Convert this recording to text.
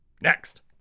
Next